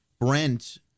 brent